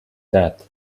that